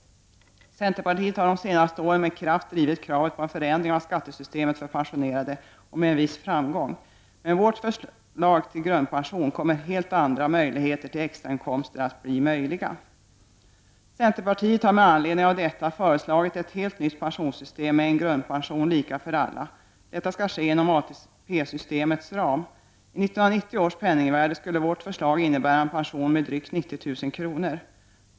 Centerpartiet har de senaste åren med kraft drivit kravet på en förändring av skattesystemet för pensionerade — och med viss framgång. Med vårt förslag till grundpension kommer det att bli helt andra möjligheter till extrainkomster. Centerpartiet har med anledning av detta föreslagit ett helt nytt pensionssystem med en grundpension, lika för alla. Detta skall ske inom ATP-systemets ram. I 1990 års penningvärde skulle vårt förslag innebära en pension med drygt 90 000 kr.